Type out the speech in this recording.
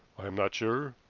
i am not sure.